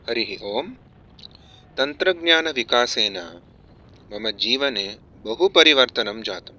हरिः ओम् तन्त्रज्ञानविकासेन मम जीवने बहु परिवर्तनं जातम्